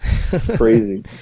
Crazy